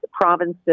provinces